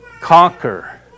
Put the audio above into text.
conquer